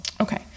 Okay